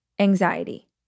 Anxiety